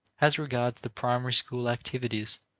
as regards the primary school activities,